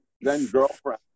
then-girlfriend